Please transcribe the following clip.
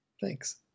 thanks